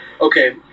okay